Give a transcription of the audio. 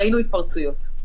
ראינו התפרצויות.